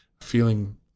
feeling